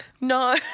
No